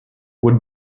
would